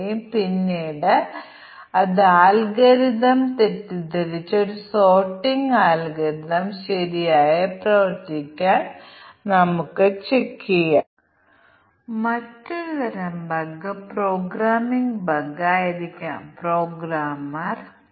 ഒരു ബാങ്കിൽ ഞങ്ങൾ ഒരു ലക്ഷം രൂപയിൽ താഴെ തത്ത്വമായി നിക്ഷേപിക്കുകയാണെങ്കിൽ പലിശ നിരക്ക് ബാധകമാകുന്നത് 6 ശതമാനം 7 ശതമാനം അല്ലെങ്കിൽ 8 ശതമാനം നിക്ഷേപത്തെ ആശ്രയിച്ച് 1 വർഷം 3 വർഷം അല്ലെങ്കിൽ 5 വർഷമാണ്